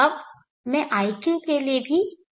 अब मैं iq के लिए भी करूँगा